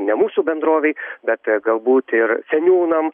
ne mūsų bendrovei bet galbūt ir seniūnam